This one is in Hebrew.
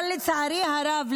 אבל לצערי הרב,